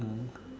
ah